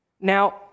Now